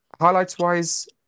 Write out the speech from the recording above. highlights-wise